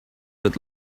with